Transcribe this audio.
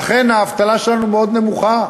אכן האבטלה שלנו מאוד נמוכה.